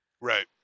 Right